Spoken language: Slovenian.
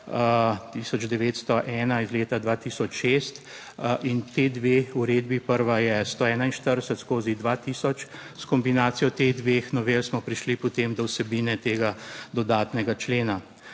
1901 iz leta 2006. In ti dve uredbi, prva je 141/2000, s kombinacijo teh dveh novel smo prišli potem do vsebine tega dodatnega člena.